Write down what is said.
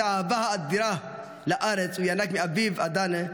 את האהבה האדירה לארץ הוא ינק מאביו אדנה,